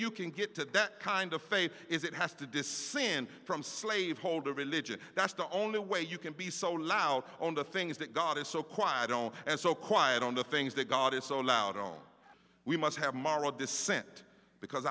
you can get to that kind of faith is it has to descend from slaveholder religion that's the only way you can be so loud on the things that god is so quiet on and so quiet on the things that god is so loud on we must have morrow dissent because